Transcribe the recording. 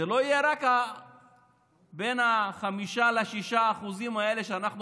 זה לא יהיה רק בין 5% ל-6% האלה שאנחנו